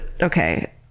okay